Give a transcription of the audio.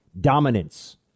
dominance